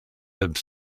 have